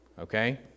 okay